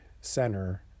center